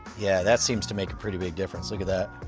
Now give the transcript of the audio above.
yeah, that seems to make a pretty big difference, look at that.